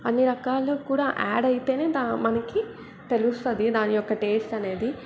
అన్నీ రకాలు కూడా యాడ్ అయితేనే దా మనకి తెలుస్తుంది దాని యొక్క టేస్ట్ అనేది